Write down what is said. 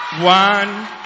One